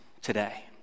today